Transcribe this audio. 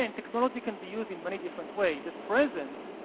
and technology can be used in many different ways. at present,